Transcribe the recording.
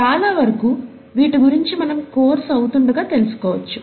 చాలా వరకు వీటి గురించి మనం కోర్స్ అవుతుండగా తెలుసుకోవచ్చు